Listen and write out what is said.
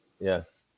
Yes